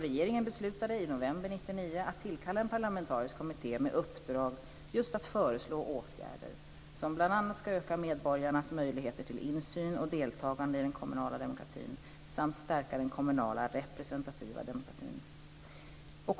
Regeringen beslutade i november 1999 att tillkalla en parlamentarisk kommitté med uppdrag att föreslå åtgärder som bl.a. ska öka medborgarnas möjligheter till insyn och deltagande i den kommunala demokratin samt stärka den kommunala representativa demokratin.